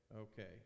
Okay